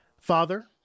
Father